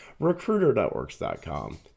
RecruiterNetworks.com